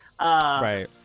Right